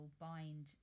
bind